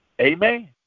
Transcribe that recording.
Amen